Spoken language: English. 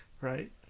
Right